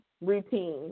routine